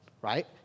right